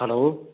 hello